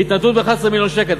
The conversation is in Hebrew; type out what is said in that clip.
התנדבות ב-11 מיליון שקל.